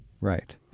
Right